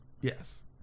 Yes